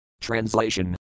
Translation